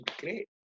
great